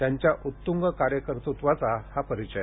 त्यांच्या उत्ंग कार्यकर्तृत्वाचा हा परिचय